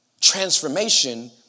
Transformation